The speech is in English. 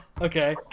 Okay